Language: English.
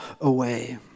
away